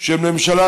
של ממשלה,